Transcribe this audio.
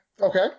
Okay